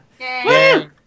Yay